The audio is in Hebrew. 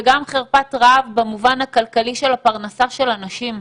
וגם במובן של פרנסת האנשים.